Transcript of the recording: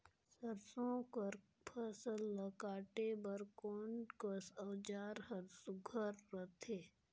सरसो कर फसल ला काटे बर कोन कस औजार हर सुघ्घर रथे?